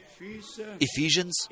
Ephesians